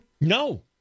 No